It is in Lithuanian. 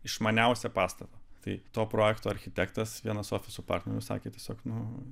išmaniausią pastatą tai to projekto architektas vienas ofisų partnerių sakė tiesiog nu